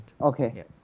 okay